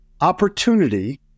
opportunity